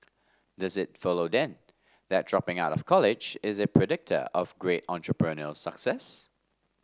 does it follow then that dropping out of college is a predictor of great entrepreneurial success